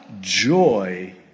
joy